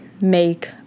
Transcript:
make